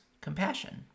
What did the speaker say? compassion